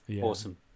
Awesome